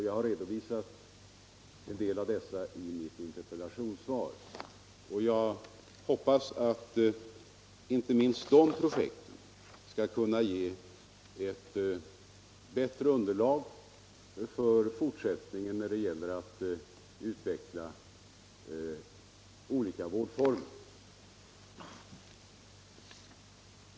Jag har redovisat en del av dessa i mitt interpellationssvar, och jag hoppas att inte minst de projekten skall kunna ge ett bättre underlag i fortsättningen när det gäller att utveckla olika vårdformer.